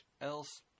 else